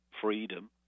freedom